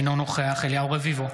אינו נוכח אליהו רביבו,